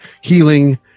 healing